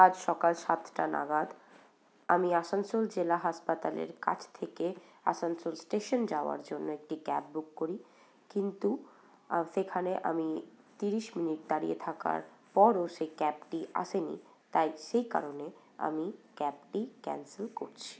আজ সকাল সাতটা নাগাদ আমি আসানসোল জেলা হাসপাতালের কাছ থেকে আসানসোল স্টেশন যাওয়ার জন্য একটি ক্যাব বুক করি কিন্তু সেখানে আমি তিরিশ মিনিট দাঁড়িয়ে থাকার পরও সেই ক্যাবটি আসে নি তাই সেই কারণে আমি ক্যাবটি ক্যান্সেল করছি